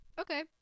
Okay